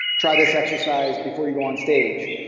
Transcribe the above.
try this exercise before you go onstage.